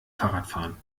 fahrradfahren